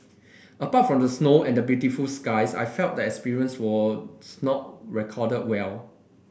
apart from the snow and the beautiful skies I felt the experience was not recorded well